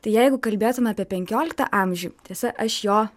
tai jeigu kalbėtume apie penkioliktą amžių tiesa aš jo